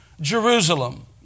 Jerusalem